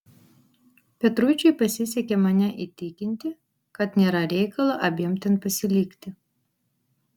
petruičiui pasisekė mane įtikinti kad nėra reikalo abiem ten pasilikti